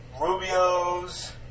Rubio's